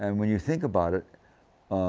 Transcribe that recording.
and when you think about it,